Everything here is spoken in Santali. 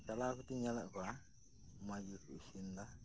ᱪᱟᱞᱟᱣ ᱠᱟᱛᱮᱜ ᱤᱧ ᱧᱮᱞᱮᱫ ᱠᱚᱣᱟ ᱢᱚᱸᱡᱽ ᱜᱮᱠᱚ ᱤᱥᱤᱱ ᱫᱟ